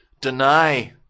deny